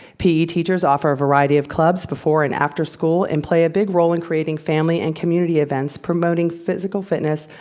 pe teachers offer a variety of clubs, before and after school, and play a big role in creating family and community events promoting physical fitness,